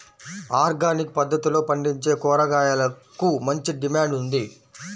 organic పద్దతిలో పండించే కూరగాయలకు మంచి డిమాండ్ ఉంది